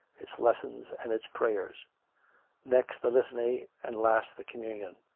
its lessons and its prayers' next the litany, and last the communion,